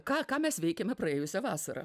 ką ką mes veikėme praėjusią vasarą